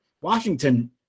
Washington